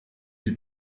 you